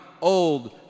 old